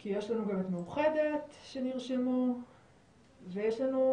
כי יש לנו גם את מאוחדת שנרשמו ויש לנו,